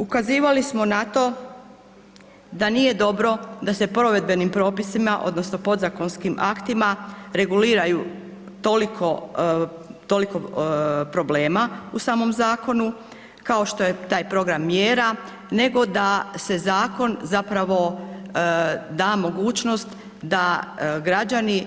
Ukazivali smo na to da nije dobro da se provedbenim propisima odnosno podazakonskim aktima reguliraju toliko problema u samom zakonu, kao što je taj program mjera nego da se zakonu da mogućnost da građani